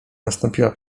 nastąpiła